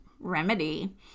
remedy